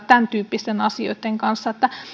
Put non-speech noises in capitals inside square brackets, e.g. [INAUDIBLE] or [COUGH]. [UNINTELLIGIBLE] tämäntyyppisten asioitten kanssa että